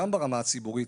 גם ברמה הציבורית,